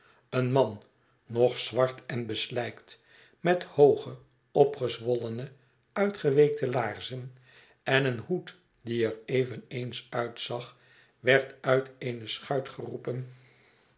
een man nog zwart en beslijkt met hooge opgezwollene uitgeweekte laarzen en een hoed die er eveneens uitzag werd uit eene schuit geroepen